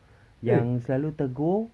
yang selalu tegur